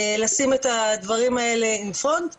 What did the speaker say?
לשים את הדברים האלה בפרונט,